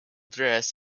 dress